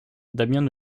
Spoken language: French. damiens